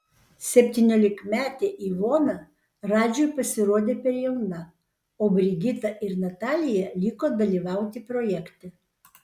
septyniolikmetė ivona radžiui pasirodė per jauna o brigita ir natalija liko dalyvauti projekte